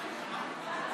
לעמוד.